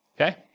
okay